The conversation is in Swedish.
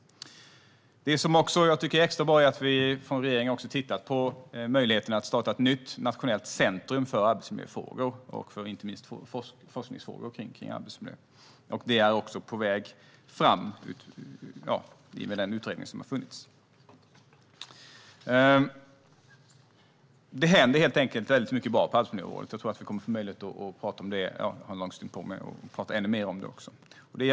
Jag tycker att det är extra bra att regeringen också har tittat på möjligheten att starta ett nytt nationellt centrum för arbetsmiljöfrågor, inte minst för forskningsfrågor kring arbetsmiljö. Det är på väg fram i och med en utredning som har gjorts. Det händer helt enkelt väldigt mycket bra på arbetsmiljöområdet. Jag tror att vi kommer att få möjlighet att tala mer om detta, och jag har en lång stund på mig nu att göra det.